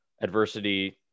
adversity